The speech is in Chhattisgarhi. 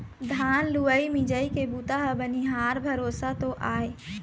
धान लुवई मिंजई के बूता ह बनिहार भरोसा तो आय